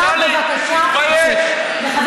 אז אתה, בבקשה, אסיר ציון.